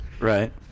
Right